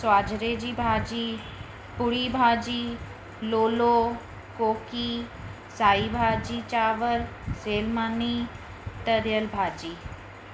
स्वाझरे जी भाॼी पूड़ी भाॼी लोलो कोकी साई भाॼी चांवर सेअल मानी तरियलु भाॼी